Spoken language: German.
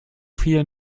viel